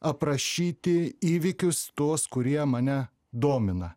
aprašyti įvykius tuos kurie mane domina